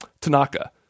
Tanaka